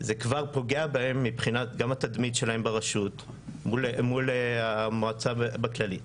זה כבר פוגע בהם מבחינת גם התדמית שלהם ברשות מול המועצה בכללי.